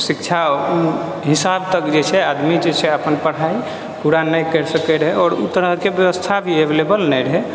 शिक्षा ओ हिसाब तक जे छै आदमी जे छै अपन पढ़ाइ पूरा नहि करि सकै रहै आओर ओ तरहक व्यवस्था भी एवेलेबल नहि रहै